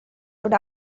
oder